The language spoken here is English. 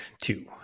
two